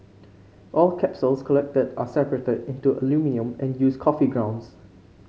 all capsules collected are separated into aluminium and used coffee grounds